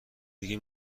دیگه